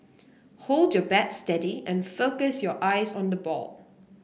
hold your bat steady and focus your eyes on the ball